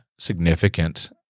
significant